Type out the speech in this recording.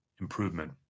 improvement